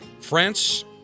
France